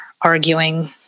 arguing